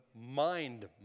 mind